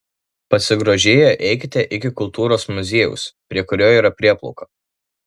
pasigrožėję eikite iki kultūros muziejaus prie kurio yra prieplauka